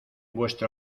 vuestro